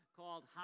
called